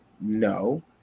No